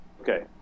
Okay